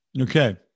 Okay